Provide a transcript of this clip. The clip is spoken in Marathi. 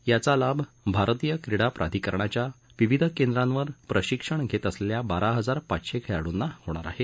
याचा लाभ भारतीय क्रीडा प्राधिकरणाच्या विविध केंद्रावर प्रशिक्षण घेत असलेल्या बारा हजार पाचशे खेळाडुंना होणार आहे